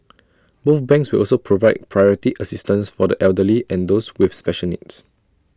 both banks will also provide priority assistance for the elderly and those with special needs